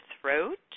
throat